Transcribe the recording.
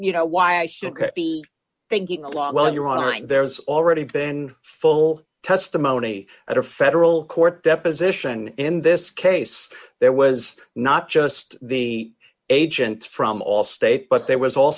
you know why i should be thinking along while you're online there's already been full testimony at a federal court deposition in this case there was not just the agents from all states but there was all